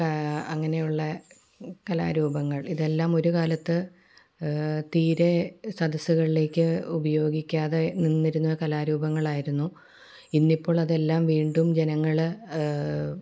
അങ്ങനെയുള്ള കലാരൂപങ്ങൾ ഇതെല്ലാം ഒരു കാലത്ത് തീരെ സദസ്സുകളിലേക്ക് ഉപയോഗിക്കാതെ നിന്നിരുന്ന കലാരൂപങ്ങളായിരുന്നു ഇന്നിപ്പോൾ അതെല്ലാം വീണ്ടും ജനങ്ങൾ